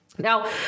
Now